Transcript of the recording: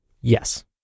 yes